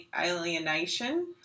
Alienation